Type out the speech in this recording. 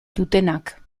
dutenak